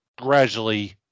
gradually